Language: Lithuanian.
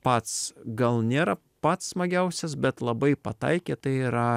pats gal nėra pats smagiausias bet labai pataikė tai yra